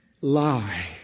lie